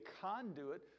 conduit